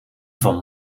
van